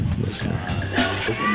Listen